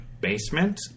basement